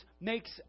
makes